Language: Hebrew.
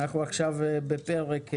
אנחנו עכשיו בפרק התמרוקים,